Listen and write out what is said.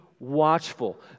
Watchful